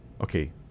okay